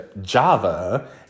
Java